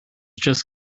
just